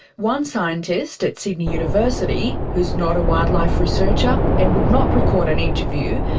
one scientist at sydney university, who's not a wildlife researcher and would not record an interview,